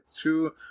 two